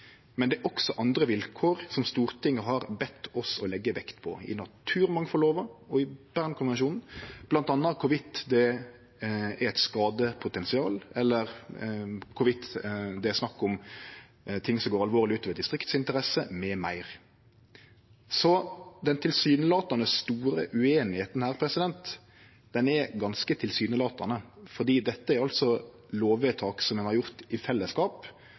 men det er også andre vilkår Stortinget har bedt oss leggje vekt på, i naturmangfaldlova og i Bernkonvensjonen, bl.a. om det er eit skadepotensial, om det er snakk om ting som går alvorleg ut over distriktsinteresser, m.m. Den tilsynelatande store ueinigheita her er ganske tilsynelatande. For dette er altså lovvedtak ein har gjort i fellesskap,